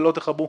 ולא תכבו.